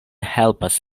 helpas